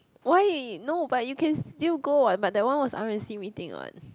why no but you can still go what but that one was r_s_c meeting [what]